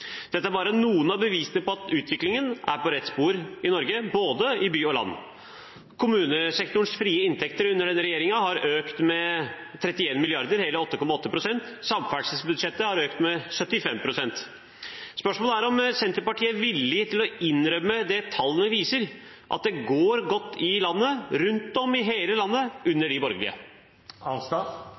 Dette er bare noen av bevisene på at utviklingen er på rett spor i Norge, i både by og land. Kommunesektorens frie inntekter har under denne regjeringen økt med 31 mrd. kr, hele 8,8 pst. Samferdselsbudsjettet har økt med 75 pst. Spørsmålet er om Senterpartiet er villig til å innrømme det tallene viser, at det går godt i landet – rundt om i hele landet – under de